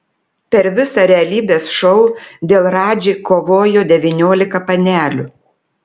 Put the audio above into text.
per visą realybės šou dėl radži kovojo devyniolika panelių